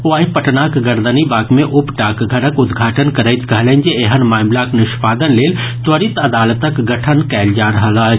ओ आइ पटनाक गर्दनीबाग मे उप डाकघरक उद्घाटन करैत कहलनि जे एहन मामिलाक निष्पादन लेल त्वरित अदालतक गठन कयल जा रहल अछि